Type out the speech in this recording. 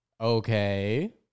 Okay